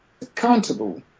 accountable